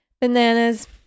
bananas